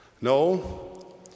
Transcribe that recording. No